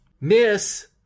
miss